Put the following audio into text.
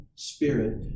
Spirit